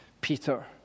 Peter—